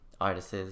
artists